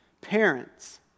parents